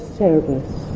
service